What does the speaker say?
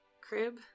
crib